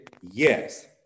yes